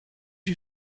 you